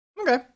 Okay